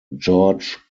george